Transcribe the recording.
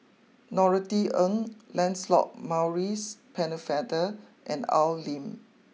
Norothy Ng Lancelot Maurice Pennefather and Al Lim